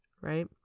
right